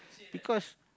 because